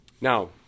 Now